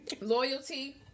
loyalty